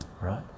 right